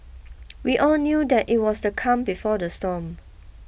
we all knew that it was the calm before the storm